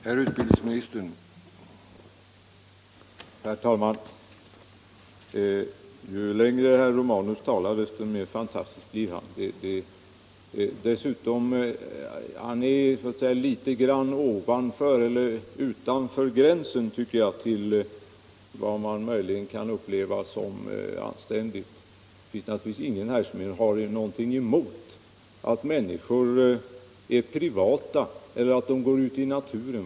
Herr talman! Ju längre herr Romanus talar desto mer fantastisk blir han. Jag tycker att han dessutom håller sig litet utanför gränsen för vad man kan anse vara anständigt. Ingen här har naturligtvis något emot att människor är privata eller att de går ut i naturen.